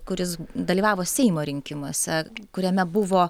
kuris dalyvavo seimo rinkimuose kuriame buvo